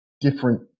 different